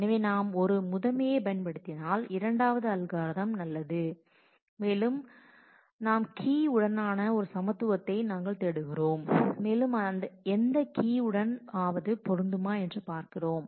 எனவே நாம் ஒரு முதன்மையை பயன்படுத்தினால் இரண்டாவது அல்கோரிதம் நல்லது மேலும் நாம் கீ உடனான ஒரு சமத்துவத்தை நாங்கள் தேடுகிறோம் மேலும் அது எந்த கீ உடன் ஆவது பொருந்துமா என்று பார்க்கிறோம்